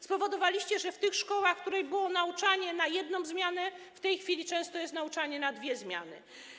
Spowodowaliście, że w tych szkołach, w których było nauczanie na jedną zmianę, w tej chwili często jest nauczanie na dwie zmiany.